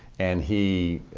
and he